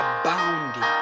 abounding